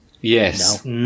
Yes